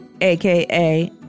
aka